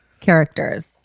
characters